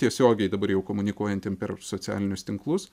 tiesiogiai dabar jau komunikuojantiem per socialinius tinklus